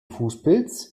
fußpilz